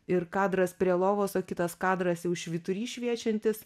ir kadras prie lovos o kitas kadras jau švyturys šviečiantis